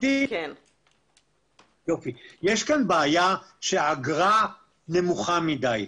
יש כאן בעיה שהאגרה נמוכה מדי.